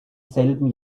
selben